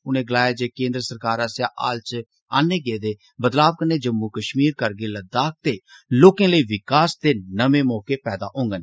उनें गलाया जे केन्द्र सरकार आस्सेआ हाल च आन्दे गेदे बदलाव कन्नै जम्मू कश्मीर करगिल ते लद्दाख दे लोकें लेई विकास दे नमें मौके पैदा होडन